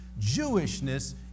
Jewishness